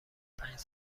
پنج